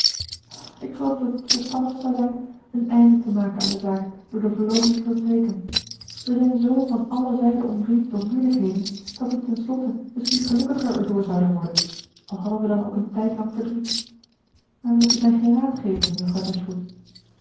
ik geloof dat het t verstandigst zou zijn een einde te maken aan de zaak door de verloving te verbreken we zijn zoo van alle zijden omringd door moeilijkheden dat we ten slotte misschien gelukkiger erdoor zouden worden al hadden we dan ook een tijdlang verdriet maar u wilt mij geen raad geven juffrouw